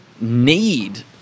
need